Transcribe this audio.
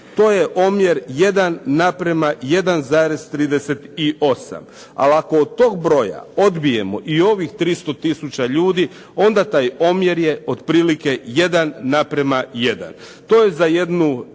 To je omjer 1:1,38. A ako od tog broja odbijemo i ovih 300 tisuća ljudi, onda taj omjer je otprilike 1:1. To je za jednu